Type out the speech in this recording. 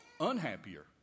unhappier